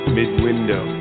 mid-window